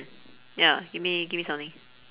ya gimme gimme something